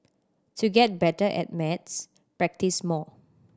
to get better at maths practise more